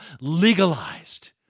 legalized